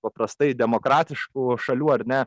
paprastai demokratiškų šalių ar ne